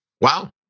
Wow